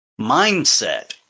mindset